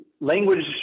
language